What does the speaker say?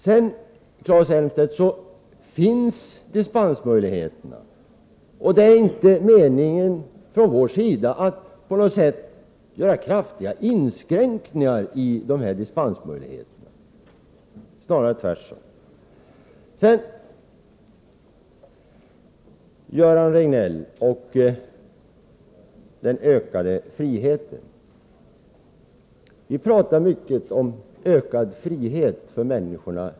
Vidare finns det dispensmöjligheter, Claes Elmstedt. Vår avsikt är inte att göra kraftiga inskränkningar i dispensmöjligheterna — snarare tvärtom. Så några ord till Göran Riegnell om den ökade friheten. Vi pratar i vårt parti mycket om ökad frihet för människorna.